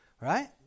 Right